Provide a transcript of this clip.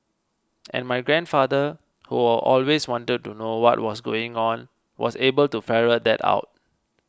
and my grandfather who always wanted to know what was going on was able to ferret that out